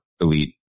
elite